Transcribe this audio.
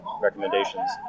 recommendations